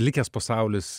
likęs pasaulis